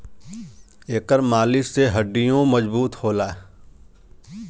एकर मालिश से हड्डीयों मजबूत होला